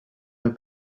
her